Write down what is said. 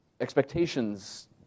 expectations